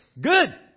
good